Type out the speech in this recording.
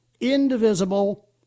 indivisible